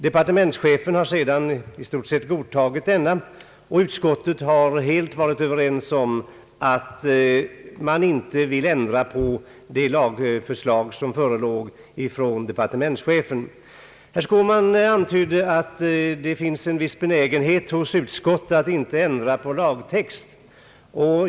Departementschefen har sedan i stort sett godtagit denna, och utskottet har helt varit överens om att inte ändra på departementschefens lagförslag. Herr Skårman antydde att det finns en viss benägenhet hos utskott att inte ändra på lagtext.